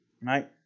right